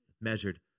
measured